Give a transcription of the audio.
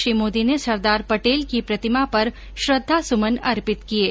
श्री मोदी ने सरदार पटेल की प्रतिमा पर श्रद्दा सुमन अर्पित किये